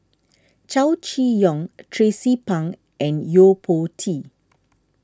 Chow Chee Yong Tracie Pang and Yo Po Tee